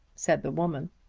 said the woman.